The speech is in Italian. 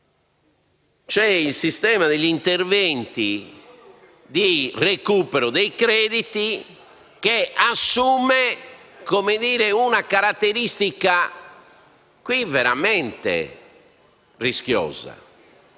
c'è un sistema degli interventi di recupero dei crediti che assume una caratteristica veramente rischiosa.